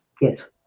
Yes